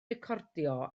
recordio